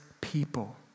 people